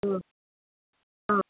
ಹ್ಞೂ ಹಾಂ